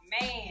man